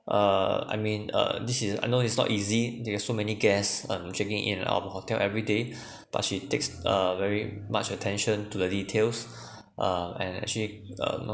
err I mean uh this is I know it's not easy they got so many guests um checking in and out of the hotel everyday but she takes uh very much attention to the details uh and actually uh know